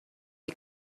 are